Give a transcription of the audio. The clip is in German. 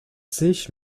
sich